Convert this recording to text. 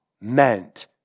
meant